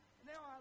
now